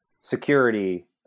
security